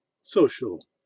social